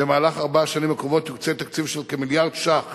במהלך ארבע השנים הקרובות יוקצה תקציב של כ-1 מיליארד ש"ח